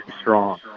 strong